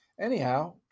Anyhow